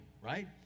right